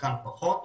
חלקן פחות.